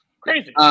Crazy